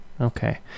Okay